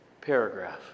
paragraph